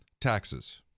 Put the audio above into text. Taxes